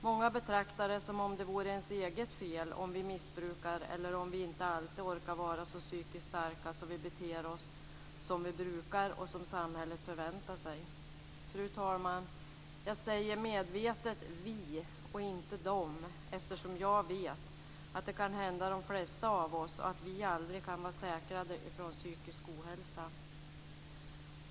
Många betraktar det som om det vore vårt eget fel om vi missbrukar eller om vi inte alltid orkar vara så psykiskt starka att vi beter oss som vi brukar och som samhället förväntar sig. Fru talman! Jag säger medvetet vi och inte dem eftersom jag vet att det kan hända de flesta av oss och att vi aldrig kan vara säkrade från psykisk ohälsa.